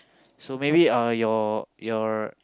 so maybe uh your your